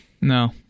No